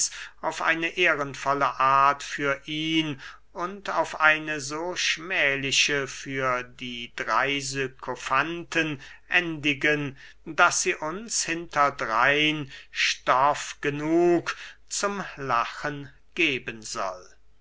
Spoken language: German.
auf eine ehrenvolle art für ihn und auf eine so schmähliche für die drey sykofanten endigen daß sie uns hinter drein stoff genug zum lachen geben soll